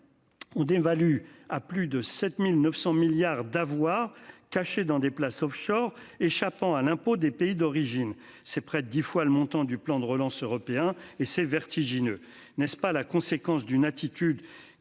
On évalue à plus de 7900 milliards d'avoir cachés dans des places Offshore échappant à l'impôt des pays d'origine, c'est près de 10 fois le montant du plan de relance européen et c'est vertigineux. N'est-ce pas la conséquence d'une attitude